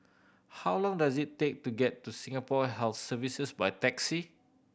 how long does it take to get to Singapore Health Services by taxi